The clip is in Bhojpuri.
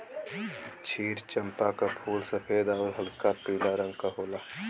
क्षीर चंपा क फूल सफेद आउर हल्का पीला रंग क होला